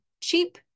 cheap